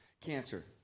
cancer